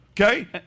Okay